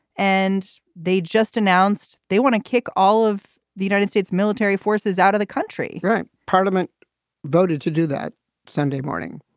and they just announced they want to kick all of the united states military forces out of the country parliament voted to do that sunday morning.